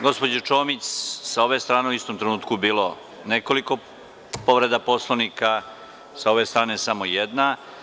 Gospođo Čomić, sa ove strane je u istom trenutku bilo nekoliko povreda Poslovnika, a sa ove strane samo jedna.